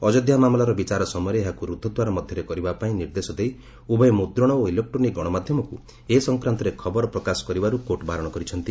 ଅଯୋଧ୍ୟା ମାମଲାର ବିଚାର ସମୟରେ ଏହାକୁ ରୁଦ୍ଧଦ୍ୱାର ମଧ୍ୟରେ କରିବା ପାଇଁ ନିର୍ଦ୍ଦେଶ ଦେଇ ଉଭୟ ମୁଦ୍ରଣ ଓ ଇଲେକ୍ରୋନିକ ଗଣମାଧ୍ୟମକୁ ଏ ସଂକ୍ରାନ୍ତରେ ଖବର ପ୍ରକାଶ କରିବାରୁ କୋର୍ଟ ବାରଣ କରିଛନ୍ତି